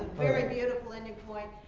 very beautiful ending point.